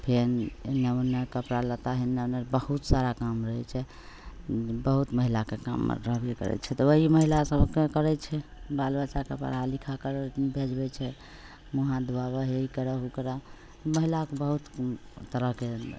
फेन एन्ने ओन्ने कपड़ा लत्ता एन्ने ओन्ने बहुत सारा काम रहै छै बहुत महिलाके काम रहबे करै छै तऽ वएह महिला सभके करै छै बाल बच्चाकेँ पढ़ा लिखाके भेजबै छै मुँह हाथ धुआबऽ हे ई करऽ हे ओ करऽ महिलाके बहुत तरहके